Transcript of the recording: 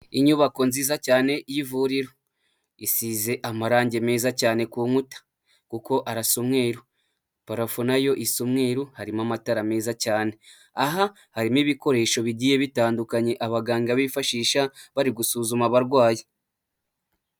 Inyubako nziza cyane y'ivuriro isize amarangi meza cyane ku nkuta kuko arasa umweru, parafo nayo isa umweruru harimo amatara meza cyane, aha harimo ibikoresho bigiye bitandukanye abaganga bifashisha bari gusuzuma abarwayi.